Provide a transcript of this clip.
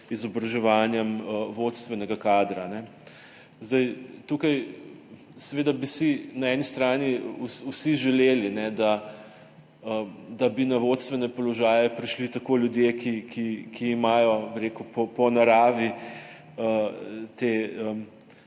izobraževanjem vodstvenega kadra. Tukaj bi si na eni strani vsi želeli, da bi na vodstvene položaje prišli tako ljudje, ki imajo, bi